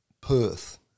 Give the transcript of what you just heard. Perth